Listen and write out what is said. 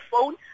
phone